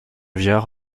viard